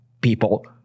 people